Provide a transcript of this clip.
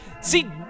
See